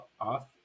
off